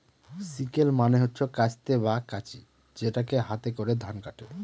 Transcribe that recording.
sickle মানে হচ্ছে কাস্তে বা কাঁচি যেটাকে হাতে করে ধান কাটে